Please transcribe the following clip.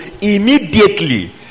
immediately